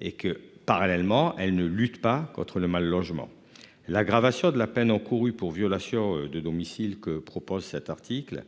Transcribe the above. Et que parallèlement, elle ne lutte pas contre le mal logement. L'aggravation de la peine encourue pour violation de domicile que propose cet article